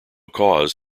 cause